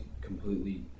completely